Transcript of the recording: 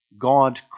God